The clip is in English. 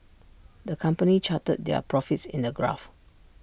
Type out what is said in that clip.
the company charted their profits in A graph